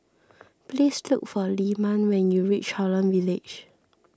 please look for Lyman when you reach Holland Village